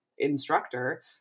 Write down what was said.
instructor